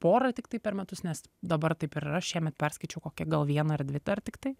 pora tiktai per metus nes dabar taip ir yra šiemet perskaičiau kokią gal vieną ar dvi dar tiktai